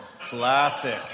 classic